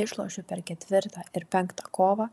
išlošiu per ketvirtą ir penktą kovą